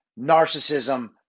narcissism